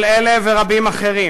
כל אלה ורבים אחרים